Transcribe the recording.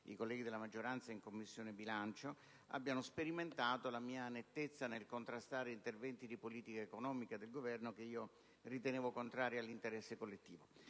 quelli della Commissione bilancio, abbiano sperimentato la mia nettezza nel contrastare interventi di politica economica del Governo che ritenevo contrari all'interesse collettivo.